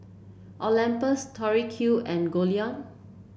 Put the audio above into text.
Olympus Tori Q and Goldlion